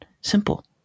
Simple